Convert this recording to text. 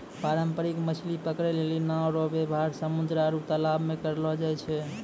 पारंपरिक मछली पकड़ै लेली नांव रो वेवहार समुन्द्र आरु तालाश मे करलो जाय छै